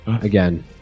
again